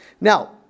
Now